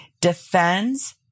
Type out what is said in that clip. defends